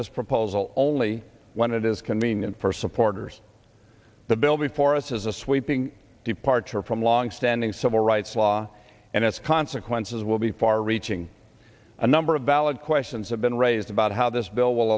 this proposal only when it is convenient for supporters the bill before us is a sweeping departure from longstanding civil rights law and its consequences will be far reaching a number of valid questions have been raised about how this bill will